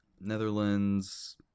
Netherlands